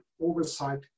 oversight